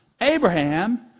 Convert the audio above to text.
Abraham